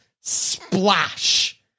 splash